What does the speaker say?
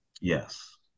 Yes